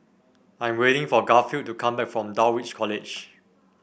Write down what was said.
I am waiting for Garfield to come back from Dulwich College